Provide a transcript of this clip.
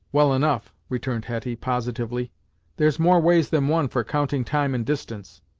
well enough, returned hetty positively there's more ways than one for counting time and distance.